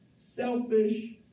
selfish